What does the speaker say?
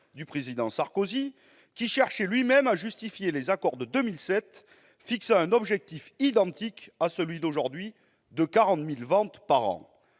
la présidence de M. Sarkozy, qui cherchait ainsi à justifier les accords de 2007 qui fixaient un objectif identique à celui d'aujourd'hui, de 40 000 ventes par an.